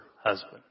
husband